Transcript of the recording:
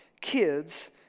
kids